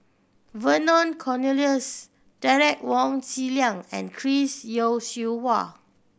Vernon Cornelius Derek Wong Zi Liang and Chris Yeo Siew Hua